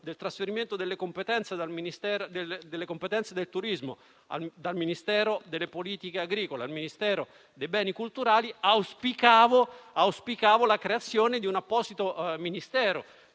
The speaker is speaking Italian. del trasferimento delle competenze del turismo dal Ministero delle politiche agricole al Ministero dei beni culturali, auspicavo la creazione di un apposito Ministero,